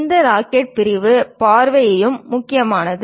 இந்த ராக்கெட்டின் பிரிவு பார்வையும் முக்கியமானது